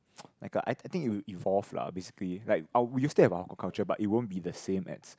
like a I I think it will evolve lah basically like I we will still have our hawker culture but it won't be the same as